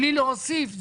בלי להוסיף,